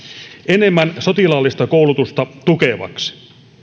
enemmän sotilaallista koulutusta tukevaksi